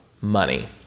money